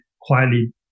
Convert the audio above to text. quietly